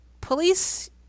police